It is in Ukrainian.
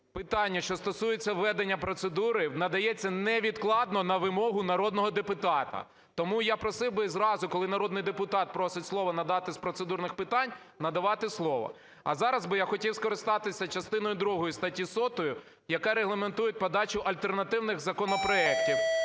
питання, що стосується ведення процедури, надається невідкладно на вимогу народного депутата. Тому я просив би зразу, коли народний депутат просить слова надати з процедурних питань, надавати слово. А зараз би я хотів скористатися частиною другою статті 100, яка регламентує подачу альтернативних законопроектів,